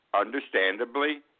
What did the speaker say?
understandably